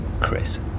Chris